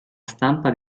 stampa